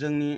जोंनि